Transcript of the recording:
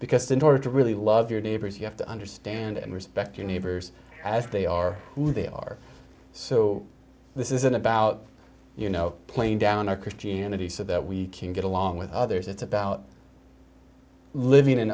because in order to really love your neighbors you have to understand and respect your neighbors as they are who they are so this isn't about you know playing down our christianity so that we can get along with others it's about living in